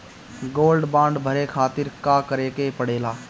Gold bond भरे खातिर का करेके पड़ेला?